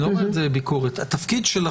אני לא אומר את זה כביקורת התפקיד שלכם